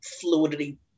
fluidity